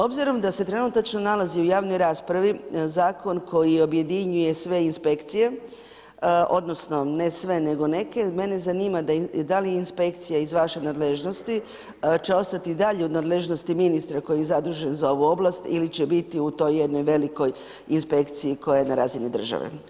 Obzirom da se trenutačno nalazi u javnoj raspravi, zakon koji objedinjuje sve inspekcije, odnosno, ne sve, nego neke, mene zanima, da li inspekcije iz vaše nadležnosti će ostati i dalje iz nadležnosti ministra koju zaduže za ovu ovlast ili će biti u toj jednoj velikoj inspekciji koja je na razini države.